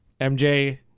MJ